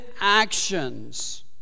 actions